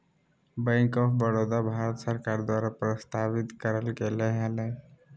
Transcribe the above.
bank of Baroda, Bharat सरकार द्वारा प्रस्तावित करल गेले हलय